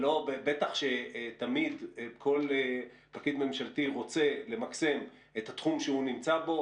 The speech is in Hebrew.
ובטח שכל פקיד ממשלתי רוצה למקסם את התחום שהוא נמצא בו,